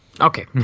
okay